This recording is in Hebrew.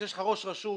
כשיש לך ראש רשות